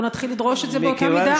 אנחנו נתחיל לדרוש את זה באותה מידה.